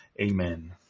amen